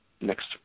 next